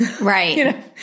Right